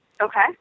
Okay